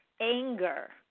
anger